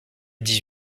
dix